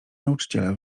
nauczyciela